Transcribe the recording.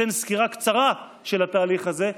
אתן סקירה קצרה של התהליך הזה,